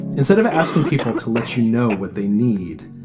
instead of asking people to let you know what they need,